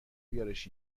بیارش